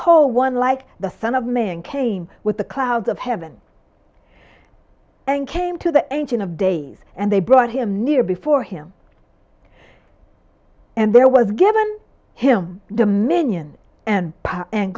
behold one like the son of man came with the clouds of heaven and came to the engine of days and they brought him near before him and there was given him the minion and